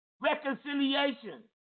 reconciliation